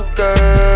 girl